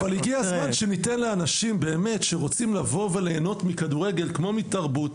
אבל הגיע הזמן שניתן לאנשים שרוצים לבוא וליהנות מכדורגל כמו מתרבות,